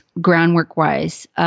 groundwork-wise